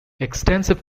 extensive